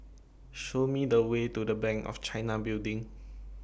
Show Me The Way to Bank of China Building